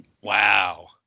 Wow